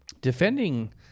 Defending